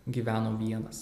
gyveno vienas